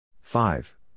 Five